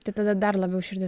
tai tada dar labiau širdį